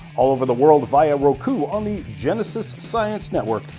all over the world via roku on the genesis science network,